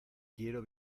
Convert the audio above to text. quiero